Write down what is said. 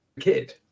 Kid